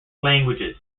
languages